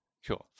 Sure